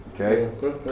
Okay